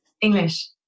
English